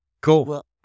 Cool